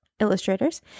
illustrators